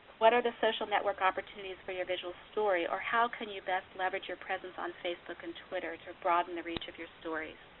what are the social network opportunities for your visual story, or how can you best leverage your presence on facebook and twitter to broaden the reach of your stories?